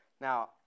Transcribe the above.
Now